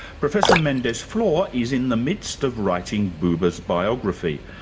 professor mendes-flohr is in the midst of writing buber's biography,